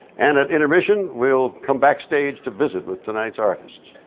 and at intermission, we'll come backstage to visit with tonight's artists.